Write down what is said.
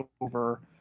over